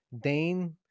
Dane